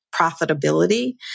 profitability